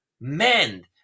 mend